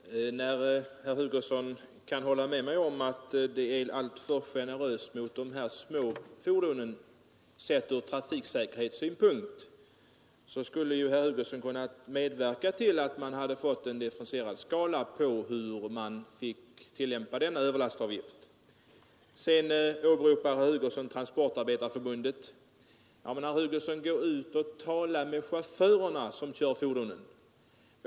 Herr talman! När herr Hugosson kan hålla med mig om att detta är alltför generöst mot de små fordonen, sett från trafiksäkerhetssynpunkt, borde herr Hugosson ha kunnat medverka till att man hade fått en differentierad skala på hur överlastavgiften skulle tillämpas. Herr Hugosson åberopar Transportarbetareförbundet. Men, herr Hugosson, gå ut och tala med de chaufförer som kör fordonen!